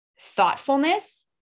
thoughtfulness